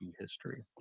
history